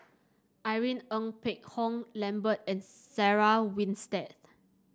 Irene Ng Phek Hoong Lambert and Sarah Winstedt